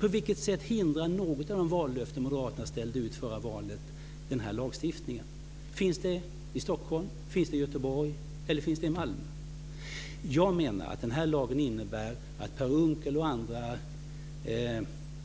På vilket förhindrar något av de vallöften som moderaterna ställde ut förra valet den här lagstiftningen? Finns de sjukhusen i Stockholm. Göteborg eller Malmö? Jag menar att lagen innebär att Per Unckel och andra